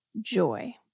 joy